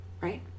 right